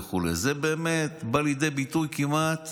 זה בא לידי ביטוי כמעט